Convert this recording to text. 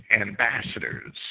ambassadors